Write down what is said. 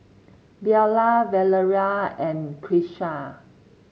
Bella Valeria and Kisha